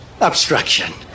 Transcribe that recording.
obstruction